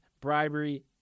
bribery